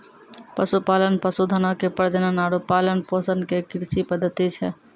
पशुपालन, पशुधनो के प्रजनन आरु पालन पोषण के कृषि पद्धति छै